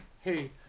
hey